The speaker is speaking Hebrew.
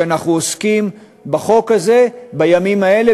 שאנחנו עוסקים בחוק הזה בימים האלה,